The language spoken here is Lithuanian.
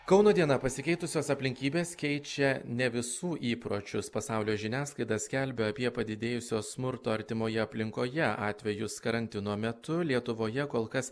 kauno diena pasikeitusios aplinkybės keičia ne visų įpročius pasaulio žiniasklaida skelbia apie padidėjusio smurto artimoje aplinkoje atvejus karantino metu lietuvoje kol kas